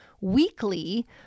weekly